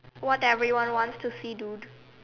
what every one wants to see dude